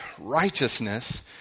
Righteousness